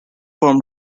from